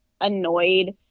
annoyed